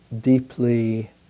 deeply